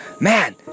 man